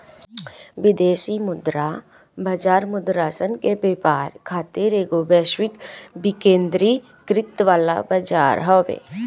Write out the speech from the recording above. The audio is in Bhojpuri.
विदेशी मुद्रा बाजार मुद्रासन के व्यापार खातिर एगो वैश्विक विकेंद्रीकृत वाला बजार हवे